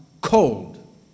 cold